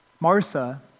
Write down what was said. Martha